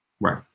Right